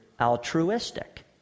altruistic